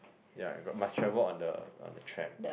ya got must travel on the on the tram